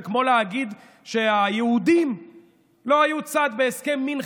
זה כמו להגיד שהיהודים לא היו צד בהסכם מינכן.